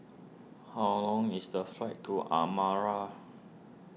how long is the flight to Asmara